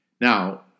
Now